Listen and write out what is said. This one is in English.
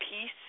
peace